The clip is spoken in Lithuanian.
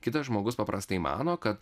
kitas žmogus paprastai mano kad